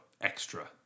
extra